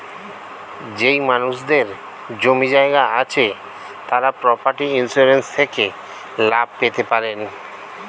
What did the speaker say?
যেই মানুষদের জমি জায়গা আছে তারা প্রপার্টি ইন্সুরেন্স থেকে লাভ পেতে পারেন